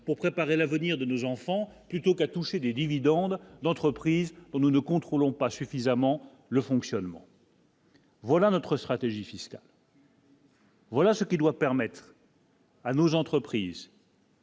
pour préparer l'avenir de nos enfants plutôt qu'à toucher des dividendes d'entreprises nous ne contrôlons pas suffisamment le fonctionnement. Voilà notre stratégie fiscale. Voilà ce qui doit permettre. à nos entreprises.